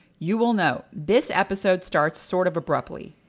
you will note, this episode starts sort of abruptly.